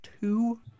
two